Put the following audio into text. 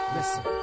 Listen